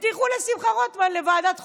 ותלכו לשמחה רוטמן לוועדת חוקה,